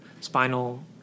spinal